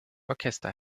orchester